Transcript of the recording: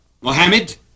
Mohammed